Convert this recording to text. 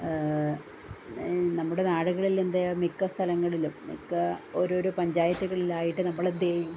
നമ്മുടെ നാടുകളിലെ എന്താ മിക്ക സ്ഥലങ്ങളിലും മിക്ക ഓരോരോ പഞ്ചായത്തുകളിലായിട്ട് നമ്മൾ എന്ത് ചെയ്യും